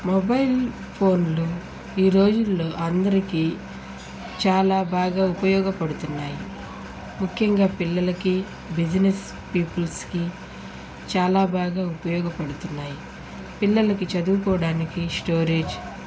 mobile ఫోన్లు ఈ రోజుల్లో అందరికీ చాలా బాగా ఉపయోగపడుతున్నాయి ముఖ్యంగా పిల్లలకి బిజినెస్ పీపుల్స్కి చాలా బాగా ఉపయోగపడుతున్నాయి పిల్లలకి చదువుకోవడానికి స్టోరేజ్